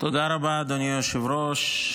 תודה רבה, אדוני היושב-ראש.